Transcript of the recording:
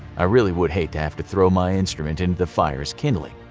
i really would hate to have to throw my instrument into the fire as kindling.